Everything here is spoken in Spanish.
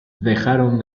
dejaron